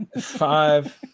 five